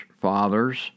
fathers